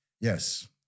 Yes